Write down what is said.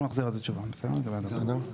אנחנו נחזיר תשובה לגבי הדבר הזה.